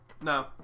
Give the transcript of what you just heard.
No